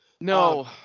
No